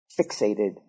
fixated